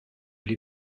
les